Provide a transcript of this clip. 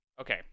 okay